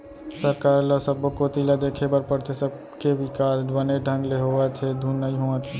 सरकार ल सब्बो कोती ल देखे बर परथे, सबके बिकास बने ढंग ले होवत हे धुन नई होवत हे